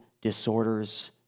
disorders